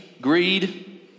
greed